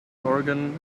organ